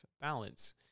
balance